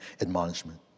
admonishment